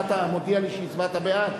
מה, אתה מודיע לי שהצבעת בעד?